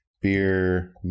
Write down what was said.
beer